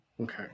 Okay